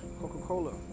Coca-Cola